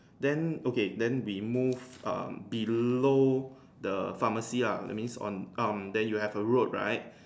then okay then we move um below the pharmacy lah it means on um then you have a road right